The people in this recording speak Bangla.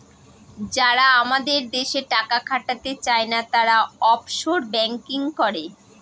যারা আমাদের দেশে টাকা খাটাতে চায়না, তারা অফশোর ব্যাঙ্কিং করে